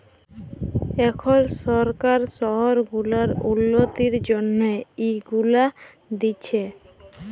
এখল সরকার শহর গুলার উল্ল্যতির জ্যনহে ইগুলা দিছে